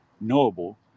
knowable